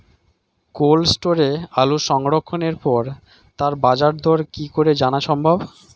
Cold স্টোরে আলু সংরক্ষণের পরে তার বাজারদর কি করে জানা সম্ভব?